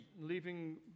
Leaving